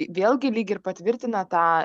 vėlgi lyg ir patvirtina tą